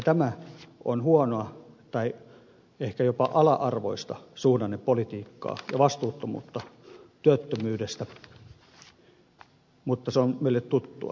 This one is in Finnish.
tämä on huonoa tai ehkä jopa ala arvoista suhdannepolitiikkaa ja vastuuttomuutta työttömyydestä mutta se on meille tuttua